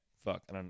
fuck